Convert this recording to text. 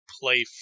play